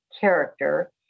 character